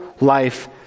life